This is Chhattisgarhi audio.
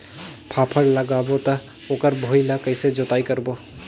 फाफण लगाबो ता ओकर भुईं ला कइसे जोताई करबो?